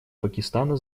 пакистана